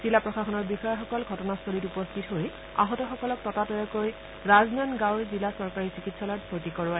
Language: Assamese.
জিলা প্ৰশাসনৰ বিষয়াসকল ঘটনাস্থলীত উপস্থিত হৈ আহত সকলক ততাতৈয়াকৈ ৰাজনন্দ্ গাঁৱৰ জিলা চৰকাৰী চিকিৎসালয়ত ভৰ্তি কৰায়